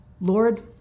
Lord